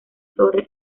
torre